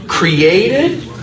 Created